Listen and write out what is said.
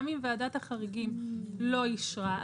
גם אם ועדת החריגים לא אישרה,